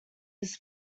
his